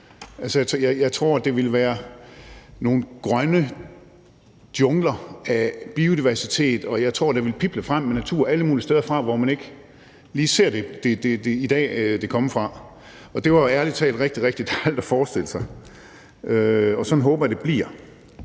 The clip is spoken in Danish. Jeg tror, det ville være nogle grønne jungler fyldt med biodiversitet, og jeg tror, at det ville pible frem med natur alle mulige steder, hvor man ikke lige i dag ser det komme. Det var ærlig talt rigtig, rigtig dejligt at forestille sig. Og sådan håber jeg at det bliver.